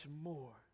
more